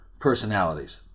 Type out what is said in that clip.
Personalities